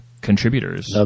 contributors